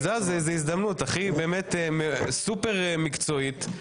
זו הזדמנות לאחל, באמת, סופר מקצועית.